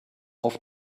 auf